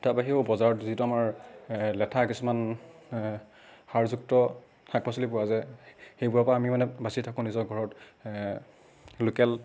তাৰ বাহিৰেও বজাৰত যিটো আমাৰ লেঠা কিছুমান সাৰযুক্ত শাক পাচলি পোৱা যায় সেইবোৰৰ পৰা আমি মানে বাচি থাকোঁ নিজৰ ঘৰত লোকেল